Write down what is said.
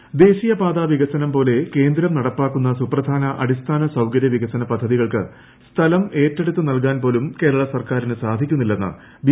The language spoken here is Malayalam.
നദ്ദ കൊല്ലം ദേശീയപാത വികസനം പോലെ ക്യേന്ദു ് നടപ്പാക്കുന്ന സുപ്രധാന അടിസ്ഥാന സൌകര്യവികസന പ്പദ്ധതികൾക്ക് ് സ്ഥലം ഏറ്റെടുത്തു നൽകാൻ പോലും കേരള സർക്കാരിന് സാധിക്കുന്നില്ലെന്ന് ബി